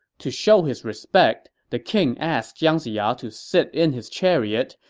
to show his respect, the king asked jiang ziya to sit in his chariot,